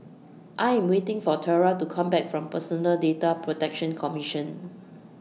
I Am waiting For Tyra to Come Back from Personal Data Protection Commission